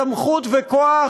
סמכות וכוח